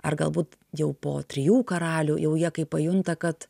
ar galbūt jau po trijų karalių jau jie kai pajunta kad